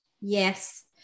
yes